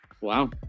Wow